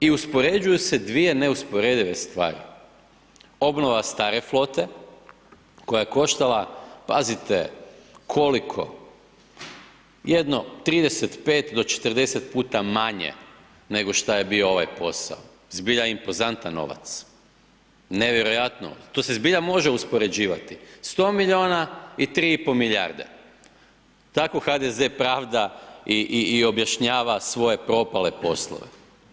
I uspoređuju se dvije neusporedive stvari, obnova stare flote koja je koštala, pazite koliko, jedno 35-40 puta manje nego što je bio ovaj posao, zbilja impozantan novac, nevjerojatno, to se zbilja može uspoređivati, 100 milijuna i 3,5 milijarde, tako HDZ pravda i objašnjava svoje propale poslove.